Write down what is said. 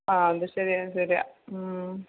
ആ ഇത് ശരിയാണ് ശരിയാണ് ഉം